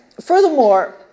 furthermore